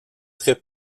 très